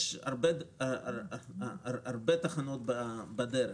יש הרבה תחנות בדרך.